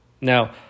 Now